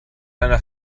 einer